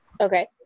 Okay